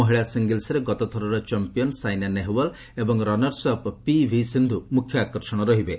ମହିଳା ସିଙ୍ଗଲ୍ସ୍ରେ ଗତଥରର ଚାମ୍ପିୟନ୍ ସାଇନା ନେହୱାଲ୍ ଏବଂ ରନ୍ର୍ସ ଅପ୍ ପିଭି ସିନ୍ଧୁ ମୁଖ୍ୟ ଆକର୍ଷଣ ରହିବେ